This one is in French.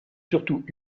surtout